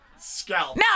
Scalp